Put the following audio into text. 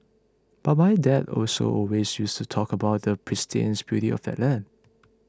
but my dad also always used to talk about the pristine beauty of that land